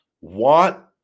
want